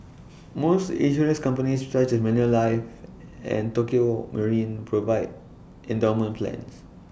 most insurance companies such as Manulife and Tokio marine provide endowment plans